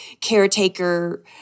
caretaker